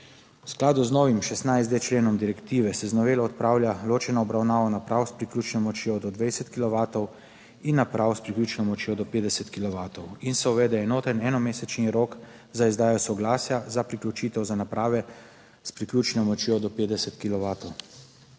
V skladu z novim 16.d členom direktive se z novelo odpravlja ločena obravnava naprav s priključno močjo do 20 kilovatov in naprav s priključno močjo do 50 kilovatov in se uvede enoten enomesečni rok za izdajo soglasja za priključitev za naprave s priključno močjo do 50